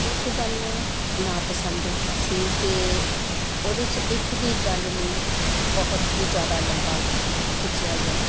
ਇੱਕ ਗੱਲ ਨਾ ਪਸੰਦ ਸੀ ਕਿ ਉਹਦੇ 'ਚ ਇੱਕ ਹੀ ਗੱਲ ਨੂੰ ਬਹੁਤ ਹੀ ਜ਼ਿਆਦਾ ਲੰਬਾ ਖਿੱਚਿਆ ਗਿਆ